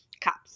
cups